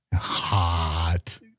hot